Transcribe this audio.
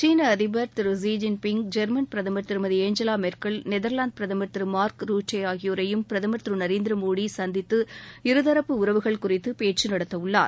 சீள அதிபர் திரு லீ ஜின் பிங் ஜெர்மன் பிரதமர் திருமதி எஞ்சவா மெர்க்கல் நெதர்வாந்து பிரதமர் திரு மாரக் ருடே ஆகியோரையும் பிரதமர்திரு நரேந்திர மோடி சந்தித்து இருதூப்பு உறவுகள் குறித்து பேக்க நடத்தவுள்ளார்